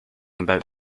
about